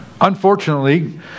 Unfortunately